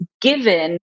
given